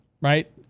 Right